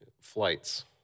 flights